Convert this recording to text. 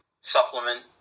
supplement